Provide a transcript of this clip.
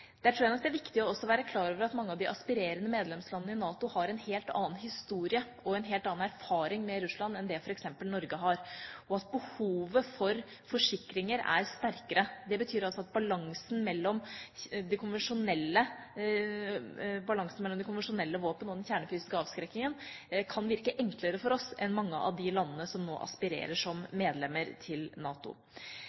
tror nok det er viktig også å være klar over at mange av de aspirerende medlemslandene i NATO har en helt annen historie og en helt annen erfaring med Russland enn det f.eks. Norge har, og at behovet for forsikringer er sterkere. Det betyr at balansen mellom de konvensjonelle våpen og den kjernefysiske avskrekkingen kan virke enklere for oss enn for mange av de landene som nå aspirerer